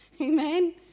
amen